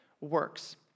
works